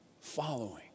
following